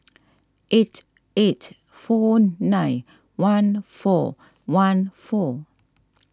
eight eight four nine one four one four